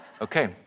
okay